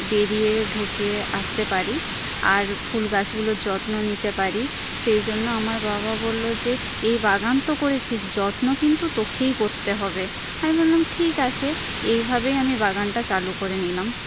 বেরিয়ে ঢুকে আসতে পারি আর ফুল গাছগুলোর যত্ন নিতে পারি সেই জন্য আমার বাবা বললো যে এই বাগান তো করেছিস যত্ন কিন্তু তোকেই করতে হবে আমি বললাম ঠিক আছে এইভাবেই আমি বাগানটা চালু করে নিলাম